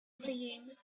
fayoum